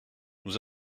nous